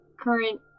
current